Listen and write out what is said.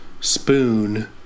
Spoon